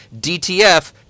DTF